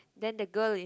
then the girl is